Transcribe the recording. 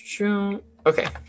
Okay